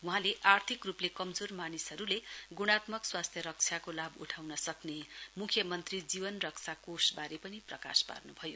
वहाँले आर्थिक रुपले कमजोर मानिसहरुले गुणात्मक स्वास्थ्यरक्षाको लाभ उठाउन सक्ने मुख्यमन्त्री जीवनरक्षा कोषवारे पनि प्रकाश पार्नुभयो